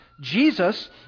Jesus